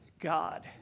God